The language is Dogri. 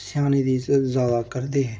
स्यानें दी इज्जत ज्यादा करदे हे